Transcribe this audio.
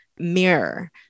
mirror